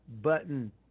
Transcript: Button